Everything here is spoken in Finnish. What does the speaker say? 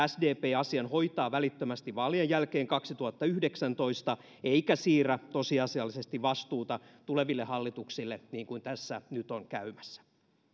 sdp asian hoitaa välittömästi vaalien jälkeen kaksituhattayhdeksäntoista eikä siirrä tosiasiallisesti vastuuta tuleville hallituksille niin kuin tässä nyt on käymässä